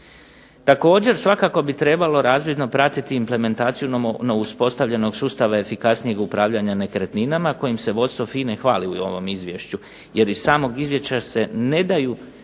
Također, svakako bi trebalo razvidno pratiti implementaciju novo uspostavljenog sustava efikasnijeg upravljanja nekretninama kojim se vodstvo FINA-e hvali u ovom izvješću jer iz samog izvješća se ne daju